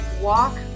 walk